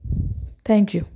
thank you